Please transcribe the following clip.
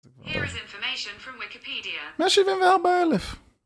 Here is information from Wikipedia. 174,000!